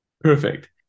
Perfect